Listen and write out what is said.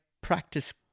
practice